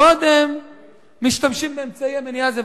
קודם משתמשים באמצעי המניעה הזה,